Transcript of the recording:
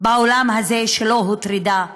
בעולם הזה, שלא הוטרדה מינית.